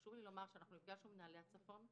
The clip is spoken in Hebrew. חשוב לי לומר שנפגשנו עם מנהלי הצפון,